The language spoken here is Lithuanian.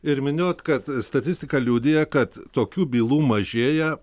ir minėjot kad statistika liudija kad tokių bylų mažėja